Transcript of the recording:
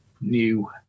new